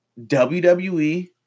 WWE